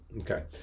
Okay